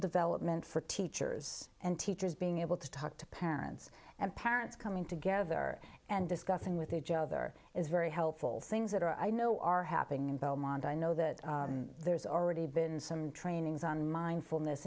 development for teachers and teachers being able to talk to parents and parents coming together and discussing with each other is very helpful things that i know are happening in belmont i know that there's already been some trainings on mindfulness and